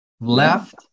left